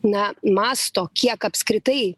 ne masto kiek apskritai